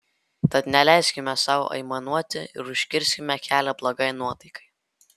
tad neleiskime sau aimanuoti ir užkirskime kelią blogai nuotaikai